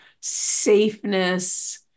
safeness